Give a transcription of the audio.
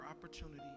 opportunity